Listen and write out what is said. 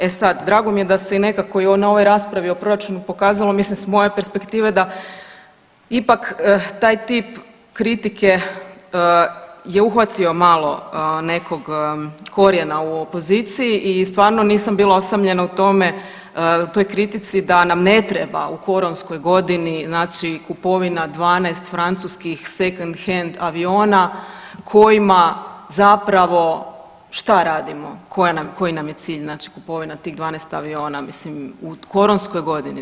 E sad, drago mi je da se i nekako na ovoj raspravi o proračunu pokazalo mislim s moje perspektive da ipak taj tip kritike je uhvatio malo nekoga korijena u opoziciji i stvarno nisam bila osamljena u tome u toj kritici da nam ne treba u koronskoj godini kupovina 12 francuskih second hand aviona kojima zapravo, šta radimo, koji nam je cilj kupovina tih 12 aviona u koronskoj godini?